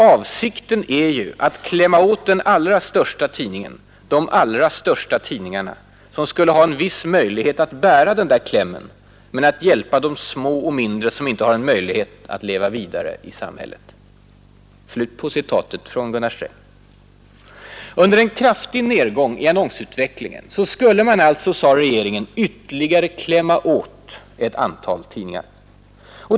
Avsikten är ju att klämma åt den allra största tidningen, de allra största tidningarna, som skulle ha en viss möjlighet att bära den där klämmen, men att hjälpa de små och mindre som inte har möjlighet att leva vidare i samhället.” Under en kraftig nedgång i annonsutvecklingen skulle man alltså, sade regeringen, ytterligare ”klämma åt” ett antal tidningar.